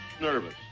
nervous